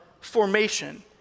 formation